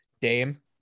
Dame